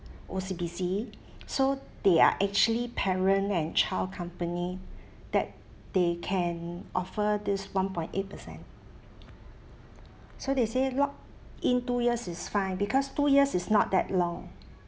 O_C_B_C so they are actually parent and child company that they can offer this one point eight percent so they say lock in two years is fine because two years is not that long